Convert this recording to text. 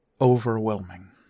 overwhelming